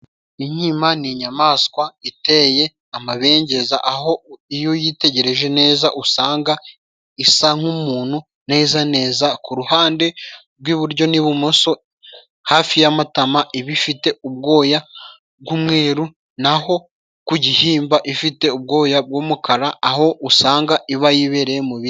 Inkima ni inyamaswa iteye amabengeza, aho iyo uyitegereje neza usanga isa nk'umunu neza neza. Ku ruhande rw'iburyo n'ibumoso hafi y'amatama, iba ifite ubwoya bw'umweru. Na ho ku gihimba, ifite ubwoya bw'umukara aho usanga iba yibereye mu biti.